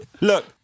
Look